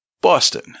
Boston